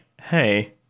hey